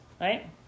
right